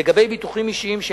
לגבי ביטוחים אישיים,